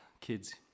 kids